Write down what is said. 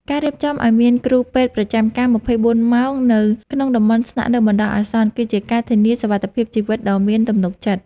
ការរៀបចំឱ្យមានគ្រូពេទ្យប្រចាំការ ២៤ ម៉ោងនៅក្នុងតំបន់ស្នាក់នៅបណ្តោះអាសន្ន គឺជាការធានាសុវត្ថិភាពជីវិតដ៏មានទំនុកចិត្ត។